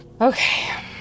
Okay